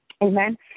Amen